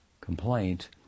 complaint